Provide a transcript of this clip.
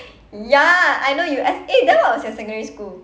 ya I know you S_A eh then what was your secondary school